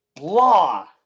law